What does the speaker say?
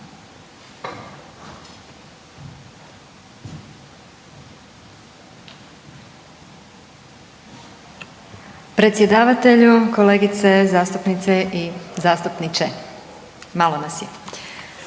Predsjedavatelju, kolegice zastupnice i zastupniče, malo nas je,